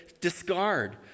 discard